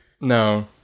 no